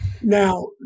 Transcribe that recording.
now